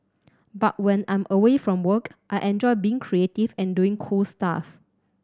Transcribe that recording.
but when I'm away from work I enjoy being creative and doing cool stuff